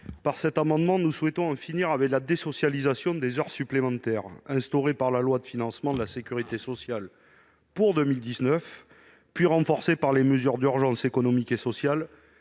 Par cet amendement, nous souhaitons en finir avec la désocialisation des heures supplémentaires instaurée par la loi de financement de la sécurité sociale de 2019, renforcée par les mesures d'urgence économique et sociale